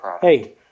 hey